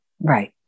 right